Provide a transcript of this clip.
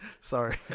sorry